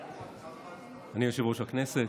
אדוני יושב-ראש הכנסת,